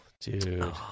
Dude